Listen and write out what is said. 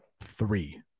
three